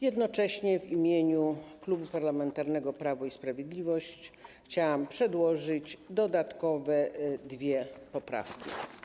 Jednocześnie w imieniu Klubu Parlamentarnego Prawo i Sprawiedliwość chciałam przedłożyć dodatkowe dwie poprawki.